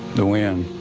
the wind.